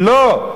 לא,